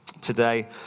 today